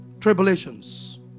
Tribulations